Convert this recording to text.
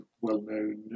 well-known